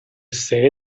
say